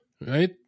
right